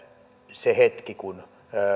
se hetki kun